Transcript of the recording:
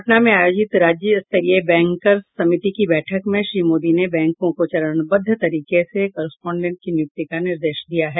पटना में आयोजित राज्य स्तरीय बैंकर्स समिति की बैठक में श्री मोदी ने बैंकों को चरणबद्व तरीके से कॉरेस्पोंडेंट की नियुक्ति का निर्देश दिया है